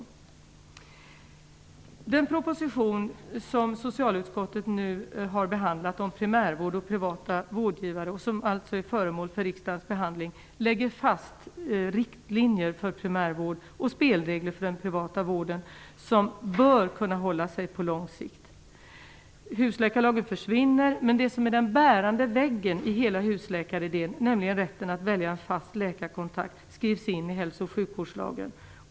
I den proposition som socialutskottet har behandlat om primärvård och privata vårdgivare och som är föremål för riksdagens behandling läggs fast riktlinjer för primärvården och spelregler för den privata vården, som bör kunna hålla sig på lång sikt. Husläkarlagen försvinner. Den bärande väggen i hela husläkaridén, nämligen rätten att välja en fast läkarkontakt, skrivs in i hälso och sjukvårdslagen.